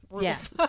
Yes